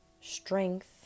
strength